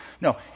No